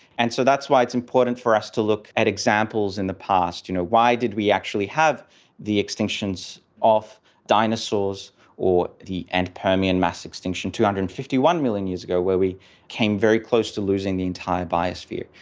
and so that's why it's important for us to look at examples in the past, you know, why did we actually have the extinctions of dinosaurs or the end-permian mass extinction two hundred and fifty one million years ago where we came very close to losing the entire biosphere.